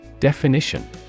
Definition